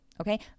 okay